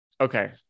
okay